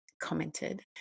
commented